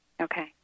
Okay